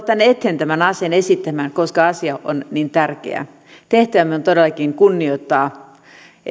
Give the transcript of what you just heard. tänne eteen tämän asian esittämään koska asia on niin tärkeä tehtävämme on todellakin kunnioittaa